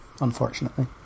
unfortunately